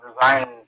design